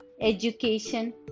education